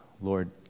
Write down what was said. Lord